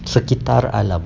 sekitar alam